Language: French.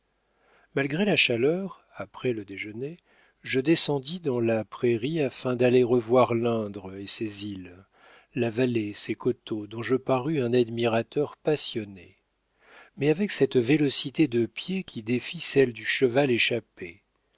malgré la chaleur après le déjeuner je descendis dans la prairie afin d'aller revoir l'indre et ses îles la vallée et ses coteaux dont je parus un admirateur passionné mais avec cette vélocité de pieds qui défie celle du cheval échappé